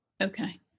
Okay